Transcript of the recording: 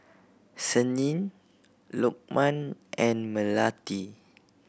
Senin Lokman and Melati